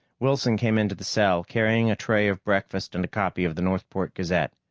wilson came into the cell, carrying a tray of breakfast and a copy of the northport gazette.